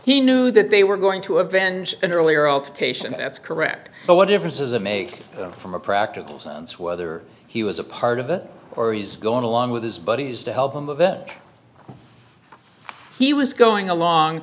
he knew that they were going to avenge an earlier old patient that's correct but what difference does it make from a practical sense whether he was a part of it or he's going along with his buddies to help him move in he was going along